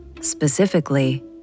specifically